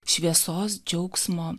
šviesos džiaugsmo